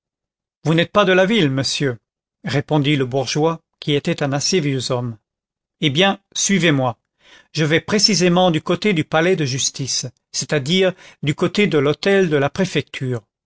vous n'êtes pas de la ville monsieur répondit le bourgeois qui était un assez vieux homme eh bien suivez-moi je vais précisément du côté du palais de justice c'est-à-dire du côté de l'hôtel de la préfecture